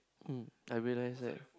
um I realise that